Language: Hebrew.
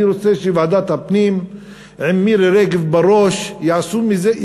אני רוצה שוועדת הפנים עם מירי רגב בראש יעשו מזה,